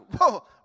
whoa